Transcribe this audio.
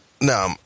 No